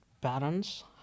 parents